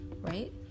Right